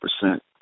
percent